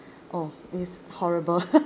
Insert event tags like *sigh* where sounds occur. oh it's horrible *laughs*